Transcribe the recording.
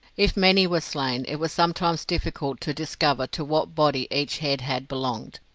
if many were slain it was sometimes difficult to discover to what body each head had belonged,